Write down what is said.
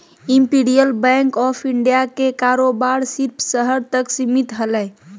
imperial Bank of India के कारोबार सिर्फ़ शहर तक सीमित हलय